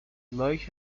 like